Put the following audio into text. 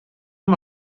amb